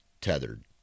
tethered